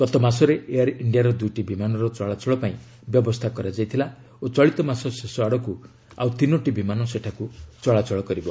ଗତ ମାସରେ ଏୟାର୍ ଇଣ୍ଡିଆର ଦୁଇଟି ବିମାନର ଚଳାଚଳ ପାଇଁ ବ୍ୟବସ୍ଥା କରାଯାଇଥିଲା ଓ ଚଳିତ ମାସ ଶେଷ ଆଡ଼କୁ ଆଉ ତିନୋଟି ବିମାନ ସେଠାକୁ ଚଳାଚଳ କରିବ